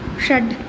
षड्